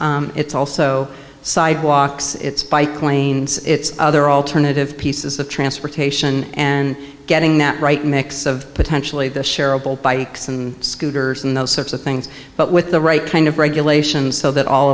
s it's also sidewalks it's bike lanes it's other alternative pieces of transportation and getting that right mix of potentially the sharable bikes and scooters and those sorts of things but with the right kind of regulations so that all